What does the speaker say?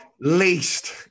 least